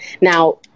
now